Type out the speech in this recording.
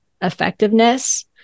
effectiveness